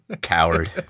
Coward